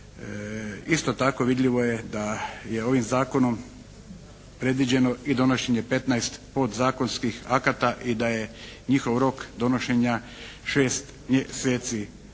Isto tako, vidljivo je da je ovim zakonom predviđeno i donošenje 15 podzakonskih akata i da je njihov rok donošenja 6 mjeseci.